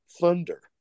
Thunder